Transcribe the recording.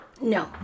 No